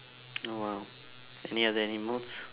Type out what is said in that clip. oh !wow! any other animals